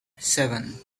seven